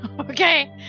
Okay